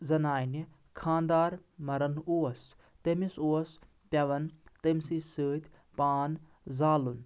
زَنانہِ خانٛدار مَران اوس تیٚمِس اوس پٮ۪وان تٔمسٕے سۭتۍ پان زالُن